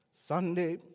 Sunday